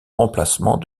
remplacement